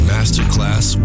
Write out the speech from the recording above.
Masterclass